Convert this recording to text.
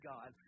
God